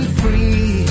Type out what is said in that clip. free